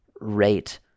rate